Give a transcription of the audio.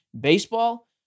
Baseball